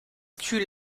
kühl